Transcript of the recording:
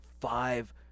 five